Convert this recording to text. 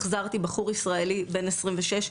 החזרתי בחור ישראלי בן 26,